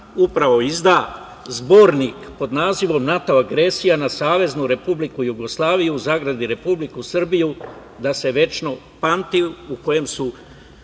upravo izda zbornik pod nazivom - "NATO agresija na Saveznu Republiku Jugoslaviju (Republiku Srbiju), da se večno pamti", u kojem su